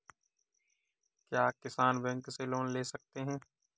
क्या किसान बैंक से लोन ले सकते हैं?